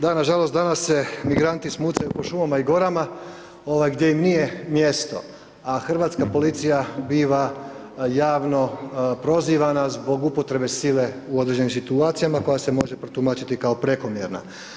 Da, nažalost, danas se migranti smucaju po šumama i gorama gdje im nije mjesto, a hrvatska policija biva javno prozivana zbog upotrebe sile u određenim situacijama koja se može protumačiti kao prekomjerna.